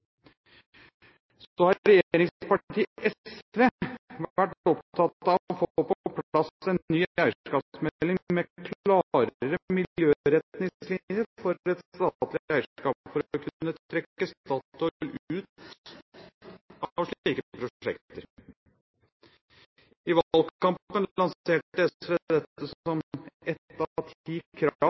Så har regjeringspartiet SV vært opptatt av å få på plass en ny eierskapsmelding med klarere miljøretningslinjer for et statlig eierskap for å kunne trekke Statoil ut av slike prosjekter. I valgkampen lanserte SV dette som ett av